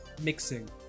mixing